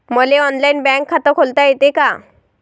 मले online bank खात खोलता येते का?